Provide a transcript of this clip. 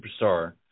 superstar